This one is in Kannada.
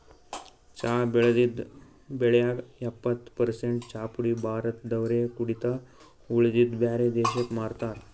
ಚಾ ಬೆಳದಿದ್ದ್ ಬೆಳ್ಯಾಗ್ ಎಪ್ಪತ್ತ್ ಪರಸೆಂಟ್ ಚಾಪುಡಿ ಭಾರತ್ ದವ್ರೆ ಕುಡಿತಾರ್ ಉಳದಿದ್ದ್ ಬ್ಯಾರೆ ದೇಶಕ್ಕ್ ಮಾರ್ತಾರ್